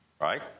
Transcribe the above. right